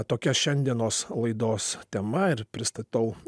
tokia šiandienos laidos tema ir pristatau